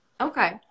Okay